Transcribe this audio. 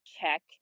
check